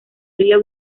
río